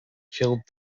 killed